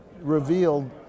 revealed